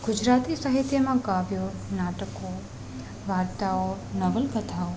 ગુજરાતી સાહિત્યમાં કાવ્યો નાટકો વાર્તાઓ નવલકથાઓ